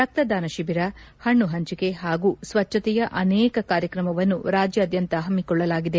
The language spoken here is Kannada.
ರಕ್ತದಾನ ಶಿಬಿರ ಹಣ್ಣು ಪಂಚಿಕೆ ಹಾಗೂ ಸ್ವಜ್ವತೆಯ ಅನೇಕ ಕಾರ್ಯಕ್ರಮವನ್ನು ರಾಜ್ಯಾದ್ಯಂತ ಹಮ್ನಿಕೊಳ್ಳಲಾಗಿದೆ